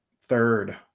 third